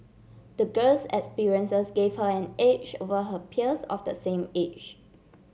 the girl's experiences gave her an edge over her peers of the same age